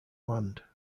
land